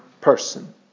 person